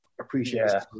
appreciate